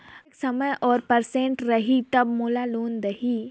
कतेक समय और परसेंट रही तब मोला लोन देही?